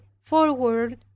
forward